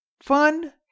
fun